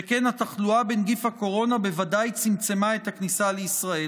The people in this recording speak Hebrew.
שכן התחלואה בנגיף הקורונה בוודאי צמצמה את הכניסה לישראל.